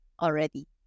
already